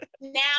Now